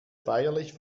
feierlich